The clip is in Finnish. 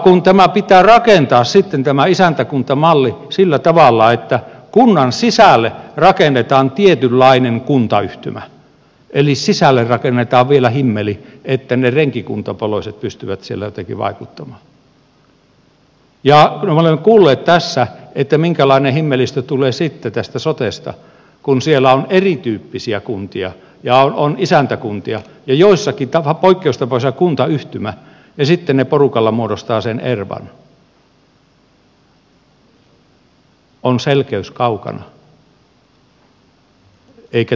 kun tämä isäntäkuntamalli pitää rakentaa sillä tavalla että kunnan sisälle rakennetaan tietynlainen kuntayhtymä eli sisälle rakennetaan vielä himmeli niin että ne renkikuntapoloiset pystyvät siellä jotenkin vaikuttamaan ja kun me olemme kuulleet tässä minkälainen himmelistö tulee sitten tästä sotesta kun siellä on erityyppisiä kuntia ja on isäntäkuntia ja joissakin poikkeustapauksissa kuntayhtymä ja sitten ne porukalla muodostavat sen ervan on selkeys kaukana eikä tehoja tule